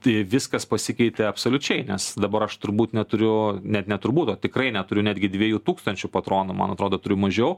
tai viskas pasikeitė absoliučiai nes dabar aš turbūt neturiu net ne turbūt tikrai neturiu netgi dviejų tūkstančių patronų man atrodo turiu mažiau